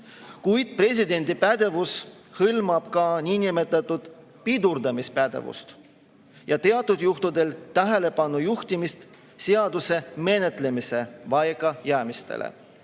Kuid presidendi pädevus hõlmab ka niinimetatud pidurdamispädevust ja teatud juhtudel tähelepanu juhtimist seaduse menetlemise vajakajäämistele.